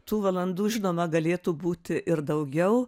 tų valandų žinoma galėtų būti ir daugiau